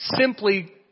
simply